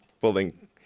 building